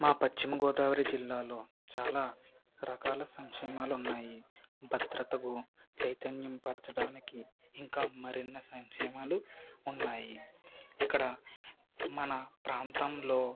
మా పశ్చిమగోదావరి జిల్లాలో చాలా రకాల సంక్షేమాలు ఉన్నాయి భద్రతకు చైతన్య పరచడానికి ఇంకా మరెన్నో సంక్షేమాలు ఉన్నాయి ఇక్కడ మన ప్రాంతంలో